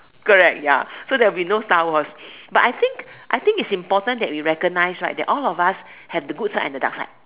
correct ya so there would be no Star-Wars but I think I think its important to recognise right that all of us have the good side and the dark side